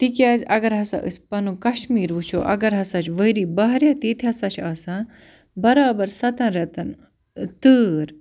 تِکیٛازِ اَگر ہسا أسۍ پَنُن کَشمیٖر وُچھَو اگر ہسا چھِ ؤرِی باہ رٮ۪تھ ییٚتہِ ہسا چھِ آسان برابَر سَتَن رٮ۪تَن تۭر